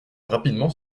rapidement